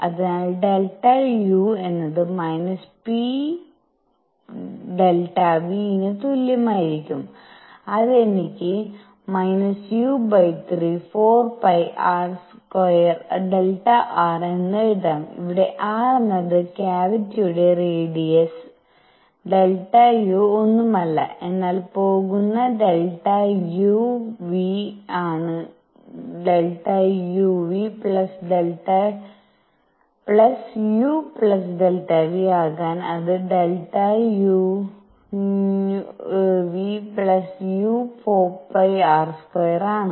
അതിനാൽ ΔU എന്നത് − p ΔV ന് തുല്യമായിരിക്കും അത് എനിക്ക് u34 π r2 Δr എന്ന് എഴുതാം ഇവിടെ r എന്നത് ക്യാവിറ്റിയുടെ റേഡിയസ് ΔU ഒന്നുമല്ല എന്നാൽ പോകുന്ന ΔuV ആണ് Δu V u ΔV ആകാൻ അത് Δu V u 4 π r2 ആണ്